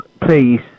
please